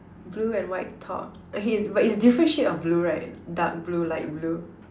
blue and white top okay but it's different shade of blue right dark blue light blue